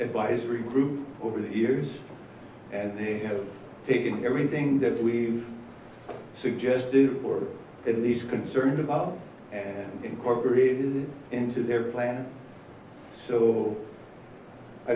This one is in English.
advisory group over the years and they have taken everything that we suggest do or at least concerned about and have incorporated into their plan so